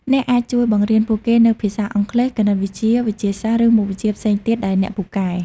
អ្នកអាចជួយបង្រៀនពួកគេនូវភាសាអង់គ្លេស គណិតវិទ្យា វិទ្យាសាស្ត្រ ឬមុខវិជ្ជាផ្សេងទៀតដែលអ្នកពូកែ។